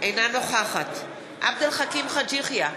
אינה נוכחת עבד אל חכים חאג' יחיא,